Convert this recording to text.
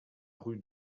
rue